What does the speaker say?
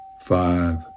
five